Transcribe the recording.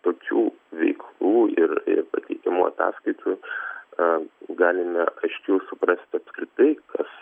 tokių veiklų ir patikimų ataskaitų galime aiškiau suprasti apskritai kas